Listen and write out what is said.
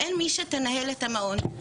מי שתנהל את המעון,